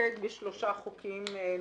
לחוקק בשלושה חוקים נוספים: